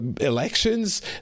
elections